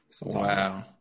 Wow